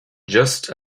just